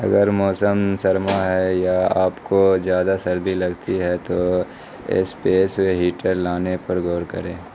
اگر موسم سرما ہے یا آپ کو زیادہ سردی لگتی ہے تو اسپیس ہیٹر لانے پر غور کریں